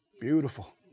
beautiful